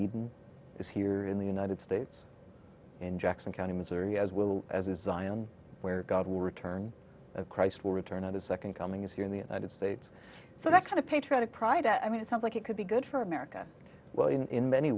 eden is here in the united states in jackson county missouri as well as a zion where god will return of christ will return on his second coming is here in the united states so that kind of patriotic pride i mean it sounds like it could be good for america well in many